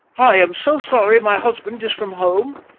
i am so sorry my husband is from home.